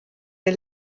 der